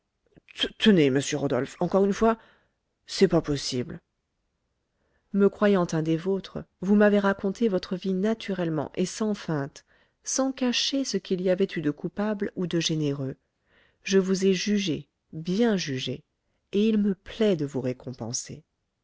tenez monsieur rodolphe encore une fois c'est pas possible me croyant un des vôtres vous m'avez raconté votre vie naturellement et sans feinte sans cacher ce qu'il y avait eu de coupable ou de généreux je vous ai jugé bien jugé et il me plaît de vous récompenser